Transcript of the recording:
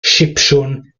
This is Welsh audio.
sipsiwn